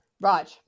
Right